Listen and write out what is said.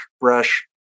brush